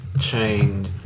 change